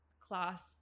class